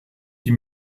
die